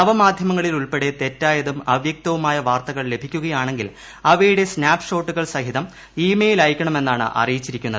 നവമാധ്യമങ്ങളിൽ ഉൾപ്പടെ തെറ്റായതും അവ്യക്തവുമായ വാർത്തകൾ ലഭിക്കുകയാണെങ്കിൽ അവയുടെ സ്നാപ്പ്ഷോട്ടുകൾ സഹിതം ഇ മെയിൽ അയക്കണമെന്നാണ് അറിയിച്ചിരിക്കുന്നത്